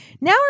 Now